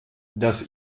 das